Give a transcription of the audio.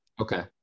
Okay